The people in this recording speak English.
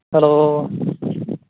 hello